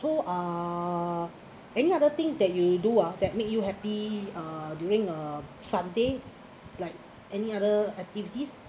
so uh any other things that you do or that make you happy uh during a sunday like any other activities